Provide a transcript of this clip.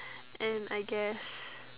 and I guess